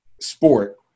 sport